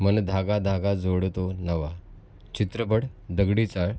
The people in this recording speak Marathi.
मन धागा धागा जोडतो नवा चित्रपट दगडी चाळ